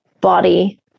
body